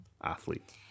athlete